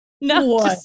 No